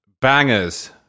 bangers